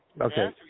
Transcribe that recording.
okay